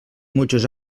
muchos